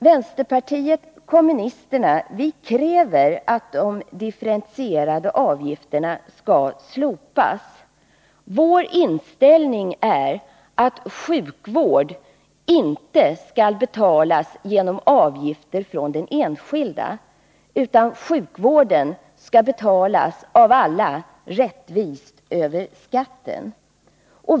Vänsterpartiet kommunisterna kräver att de differentierade vårdavgifterna skall slopas. Vår inställning är att sjukvård inte skall betalas genom avgifter från den enskilde utan att sjukvården skall betalas av alla, rättvist över skatten.